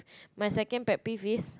my second pet peeve is